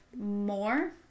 more